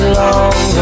long